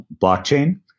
blockchain